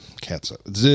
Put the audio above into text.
catsup